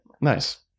Nice